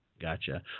Gotcha